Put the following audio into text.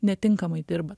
netinkamai dirbat